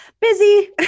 busy